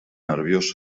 nerviós